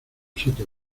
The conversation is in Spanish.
sitio